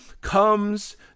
comes